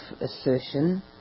assertion